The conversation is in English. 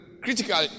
critical